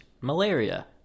malaria